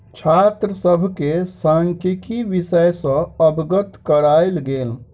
छात्र सभ के सांख्यिकी विषय सॅ अवगत करायल गेल